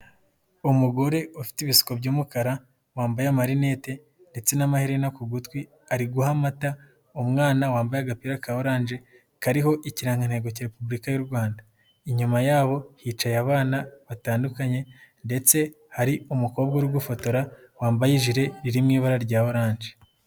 Umugore ufite ibisuko by'umukara wambaye amarinete ndetse n'amaherena ku gutwi. Ari guha amata umwana wambaye agapira ka orange, kariho ikirangantego cya Repubulika y'u Rwanda. Inyuma yabo hicaye abana batandukanye ndetse hari umukobwa uri gufotora wambaye ijire riri mu ibara rya orange.